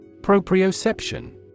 Proprioception